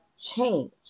change